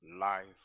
Life